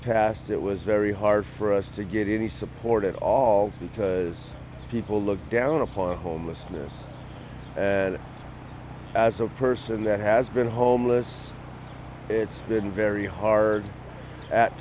past it was very hard for us to get any support at all because people look down upon homelessness and as a person that has been homeless it's been very hard at